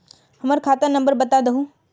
हमर खाता नंबर बता देहु?